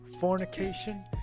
Fornication